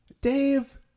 Dave